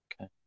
Okay